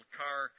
car